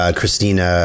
Christina